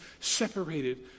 separated